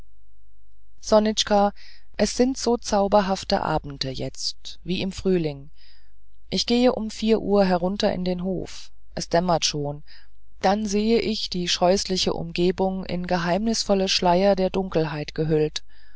sonitschka es sind so zauberhafte abende jetzt wie im frühling ich gehe um uhr herunter in den hof es dämmert schon dann sehe ich die scheußliche umgebung in geheimnisvolle schleier der dunkelheit gehüllt